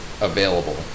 available